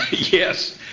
yes,